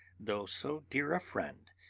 though so dear a friend,